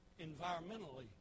environmentally